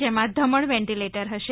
જેમાં ધમણ વેન્ટીલેટર હશે